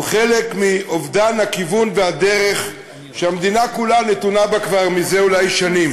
הוא חלק מאובדן הכיוון והדרך שהמדינה כולה נתונה בו כבר זה אולי שנים.